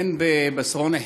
הן בשרונה,